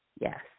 Yes